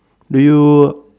do you